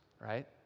right